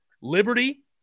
Liberty